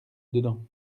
dedans